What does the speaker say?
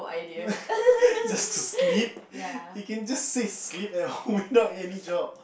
just a slip you can just say slip and hold without any job